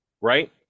right